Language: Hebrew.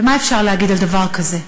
ומה אפשר להגיד על דבר כזה?